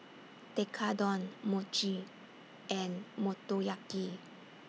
Tekkadon Mochi and Motoyaki